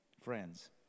friends